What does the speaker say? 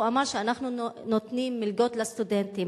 הוא אמר: אנחנו נותנים מלגות לסטודנטים.